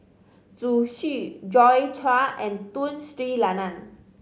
Zhu Xu Joi Chua and Tun Sri Lanang